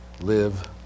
live